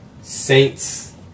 Saints